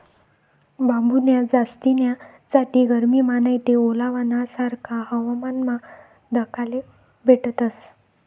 बांबून्या जास्तीन्या जाती गरमीमा नैते ओलावाना सारखा हवामानमा दखाले भेटतस